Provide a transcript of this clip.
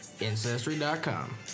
Ancestry.com